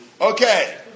Okay